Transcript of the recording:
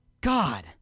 God